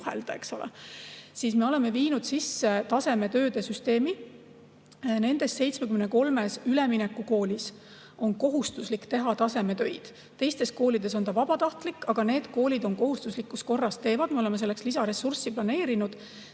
–, oleme viinud sisse tasemetööde süsteemi. Nendes 73 üleminekukoolis on kohustuslik teha tasemetöid. Teistes koolides on see vabatahtlik, aga need koolid teevad kohustuslikus korras. Me oleme planeerinud